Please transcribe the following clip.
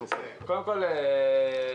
קודם כל,